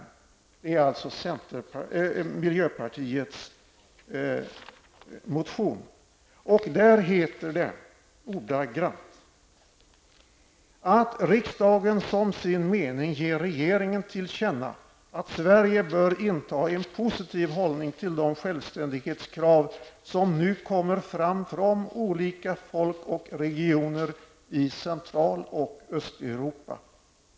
Det är alltså miljöpartiets motion och där heter det ordagrant: Att riksdagen som sin mening ger regeringen till känna att Sverige bör inta en positiv hållning till de självständighetskrav som nu kommer fram från olika folk och regioner i Centraloch Östeuropa.